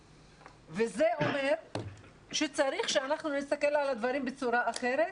וזה אומר שצריך שאנחנו נסתכל על הדברים בצורה אחרת